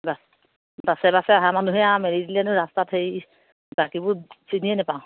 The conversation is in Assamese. বাছ বাছে বাছে অহা মানুহে আৰু মেলি দিলেনো ৰাস্তাত হেৰি বাকীবোৰ চিনিয়ে নাপাওঁ